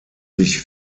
sich